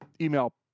email